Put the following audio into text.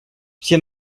все